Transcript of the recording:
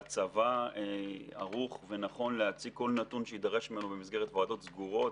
והצבא ערוך ונכון להציג כל נתון שיידרש ממנו במסגרת ועדות סגורות,